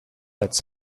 its